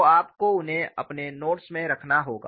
तो आपको उन्हें अपने नोट्स में रखना होगा